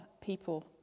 people